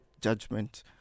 judgment